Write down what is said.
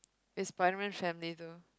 it's Spiderman family though